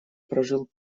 прожил